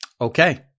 Okay